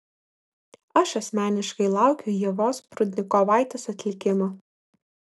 aš asmeniškai laukiu ievos prudnikovaitės atlikimo